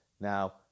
Now